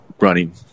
running